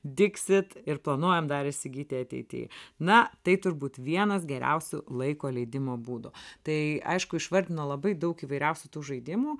dixit ir planuojam dar įsigyti ateityj na tai turbūt vienas geriausių laiko leidimo būdų tai aišku išvardino labai daug įvairiausių tų žaidimų